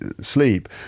sleep